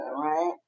right